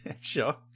Sure